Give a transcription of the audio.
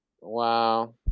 Wow